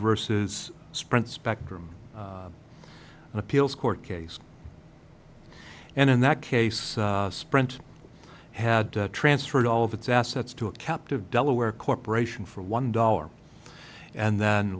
versus sprint spectrum an appeals court case and in that case sprint had transferred all of its assets to a captive delaware corporation for one dollar and th